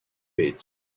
page